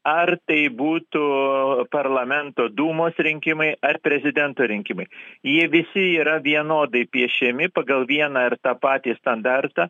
ar tai būtų parlamento dūmos rinkimai ar prezidento rinkimai jie visi yra vienodai piešiami pagal vieną ir tą patį standartą